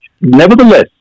nevertheless